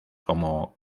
como